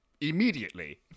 Immediately